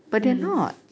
mm